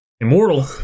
Immortal